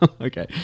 Okay